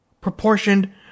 proportioned